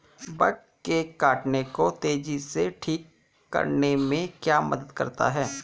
Bug के काटने को तेजी से ठीक करने में क्या मदद करता है?